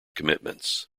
commitments